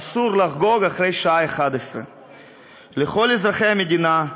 אסור לחגוג אחרי השעה 23:00. לכל אזרחי המדינה,